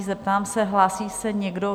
Zeptám se: Hlásí se někdo?